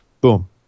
Boom